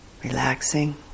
Relaxing